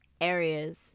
areas